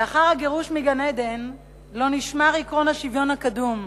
לאחר הגירוש מגן-עדן לא נשמר עקרון השוויון הקדום,